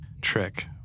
trick